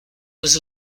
was